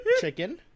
chicken